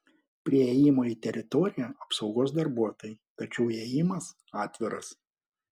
prie įėjimo į teritoriją apsaugos darbuotojai tačiau įėjimas atviras